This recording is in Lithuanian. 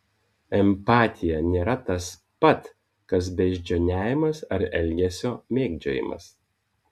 empatija nėra tas pat kas beždžioniavimas ar elgesio mėgdžiojimas